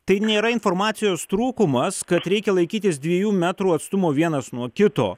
tai nėra informacijos trūkumas kad reikia laikytis dviejų metrų atstumo vienas nuo kito